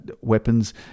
weapons